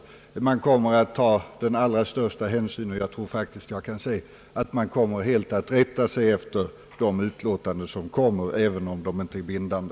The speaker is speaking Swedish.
Organisationerna kommer att ta den allra största hänsyn härtill, jag vågar faktiskt säga att de helt kommer att rätta sig efter nämndens utlåtanden, även om de inte är bindande.